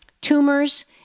tumors